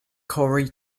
corey